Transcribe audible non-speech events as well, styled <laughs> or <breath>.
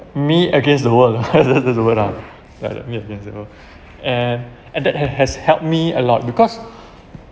me against the world <laughs> that's that's the word lah like like me against the world <breath> and and that ha~ has helped me a lot because